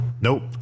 Nope